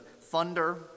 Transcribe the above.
Thunder